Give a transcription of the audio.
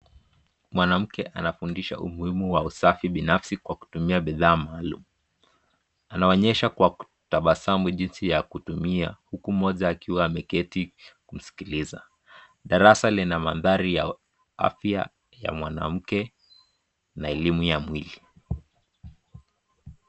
Mwanamke anafundishwa umuhimu wa usafi binafsi kwa kutumia bidhaa maalumu. Anaonyesha kwa kutabasamu jinsi ya kutumia huku mmoja akiwa ameketi kumsikiliza. Darasa lina mandhari ya afya ya mwanamke na elimu ya mwili.